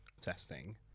testing